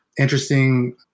interesting